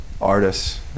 artists